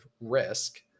risk